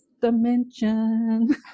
dimension